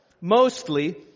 mostly